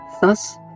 Thus